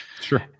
Sure